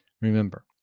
remember